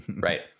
Right